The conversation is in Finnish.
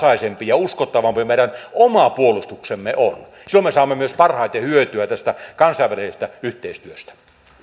ajantasaisempi ja uskottavampi meidän oma puolustuksemme on silloin me saamme myös parhaiten hyötyä tästä kansainvälisestä yhteistyöstä